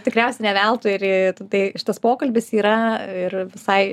tikriausiai ne veltui ir tai šitas pokalbis yra ir visai